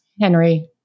Henry